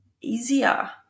easier